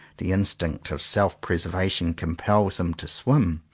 the instinct of self-preservation compels him to swim.